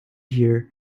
here